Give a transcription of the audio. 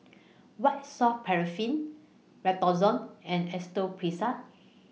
White Soft Paraffin Redoxon and